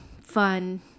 fun